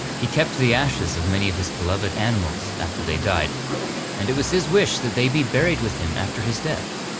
he kept the ashes of many of his beloved animals after they died and it was his wish that they be buried with him after his death.